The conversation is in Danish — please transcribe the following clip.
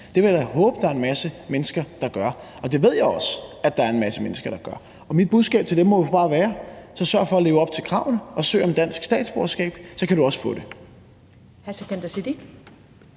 Det vil jeg da håbe der er masser af mennesker der gør, og det ved jeg også der er en masse mennesker der gør. Og mit budskab til dem må bare være: Så sørg for at leve op til kravene, og søg om dansk statsborgerskab, så kan du også få det.